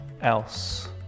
else